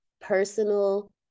Personal